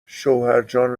شوهرجان